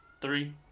three